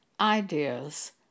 ideas